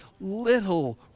little